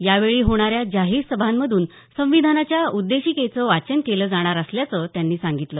यावेळी होणाऱ्या जाहीर सभांमधून संविधानाच्या उद्देशिकेचं वाचन केलं जाणार असल्याचं त्यांनी सांगितलं